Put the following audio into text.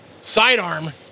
Sidearm